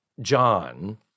John